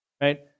right